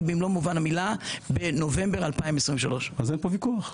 במלוא מובן המילה בנובמבר 2023. אז אין פה ויכוח.